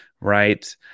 right